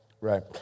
Right